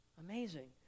Amazing